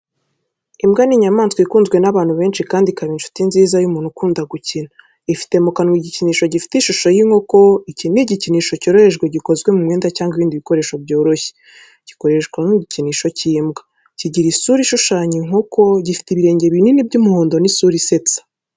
Imbwa ni inyamaswa ikunzwe n’abantu benshi kandi ikaba inshuti nziza y’umuntu ukunda gukina. Ifite mu kanwa igikinisho gifite ishusho y’inkoko, iki ni igikinisho cyoroheje gikozwe mu mwenda cyangwa ibindi bikoresho byoroshye, gikoreshwa nk’igikinisho cy’imbwa. Kigira isura ishushanya inkoko, gifite ibirenge binini by’umuhondo n’isura isetsa.